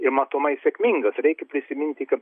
ir matomai sėkmingas reikia prisiminti kad